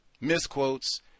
Misquotes